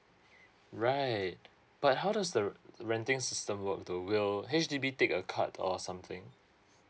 right but how does the r~ the renting system work though will H_D_B take a cut or something